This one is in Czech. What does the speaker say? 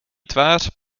tvář